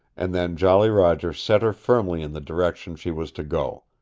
and then jolly roger set her firmly in the direction she was to go.